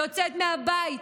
יוצאת מהבית,